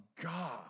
God